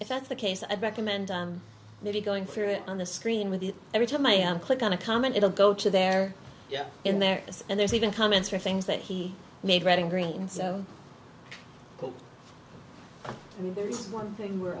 if that's the case of recommend maybe going through it on the screen with it every time i am click on a comment it'll go to their yeah in there and there's even comments or things that he made reading green so there's one thing where